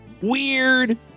weird